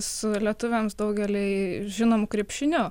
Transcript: su lietuviams daugeliui žinomu krepšiniu